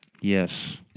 Yes